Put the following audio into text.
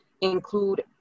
include